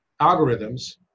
algorithms